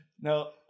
No